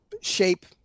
shape